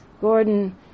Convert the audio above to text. Gordon